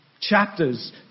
chapters